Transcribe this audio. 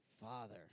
Father